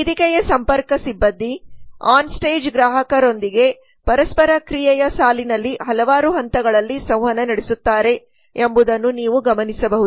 ವೇದಿಕೆಯ ಸಂಪರ್ಕ ಸಿಬ್ಬಂದಿ ಆನ್ಸ್ಟೇಜ್ ಗ್ರಾಹಕರೊಂದಿಗೆ ಪರಸ್ಪರ ಕ್ರಿಯೆಯ ಸಾಲಿನಲ್ಲಿ ಹಲವಾರು ಹಂತಗಳಲ್ಲಿ ಸಂವಹನ ನಡೆಸುತ್ತಾರೆ ಎಂಬುದನ್ನು ನೀವು ಗಮನಿಸಬಹುದು